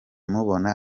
mubona